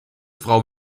frau